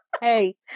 Hey